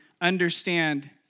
understand